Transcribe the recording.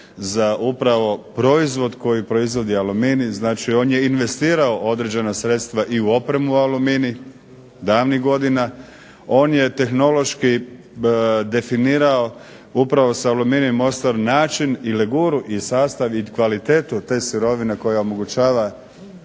za upravo proizvod koji proizvodi Aluminij, znači on je investirao određena sredstva i u opremu Aluminij davnih godina. On je tehnološki definirao upravo sa Aluminij Mostar način i leguru i sastav i kvalitetu te sirovine koja omogućava